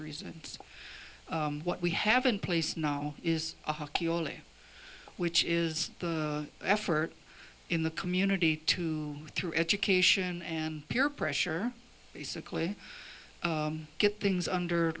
reasons what we have in place now is which is the effort in the community to through education and peer pressure basically get things under